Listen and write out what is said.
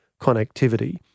connectivity